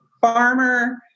farmer